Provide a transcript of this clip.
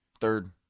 Third